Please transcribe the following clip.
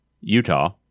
Utah